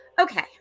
Okay